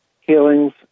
healings